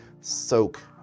Soak